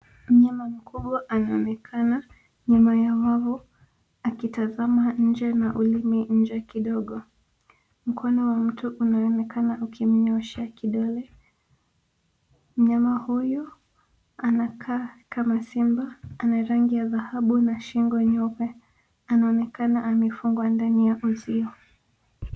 Mnyama mkubwa anaonekana nyuma ya wavu akitazama nje na ulimi nje kidogo. Mkono wa mtu unaonekana ukimnyooshea kidole. Mnyama huyu anakaa kama simba, ana rangi ya dhahabu na shingo nyeupe. Anaonekana amefungwa ndani ya uzio.